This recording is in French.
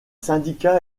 syndicats